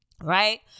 right